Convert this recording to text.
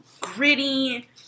gritty